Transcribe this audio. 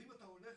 ואם אתה הולך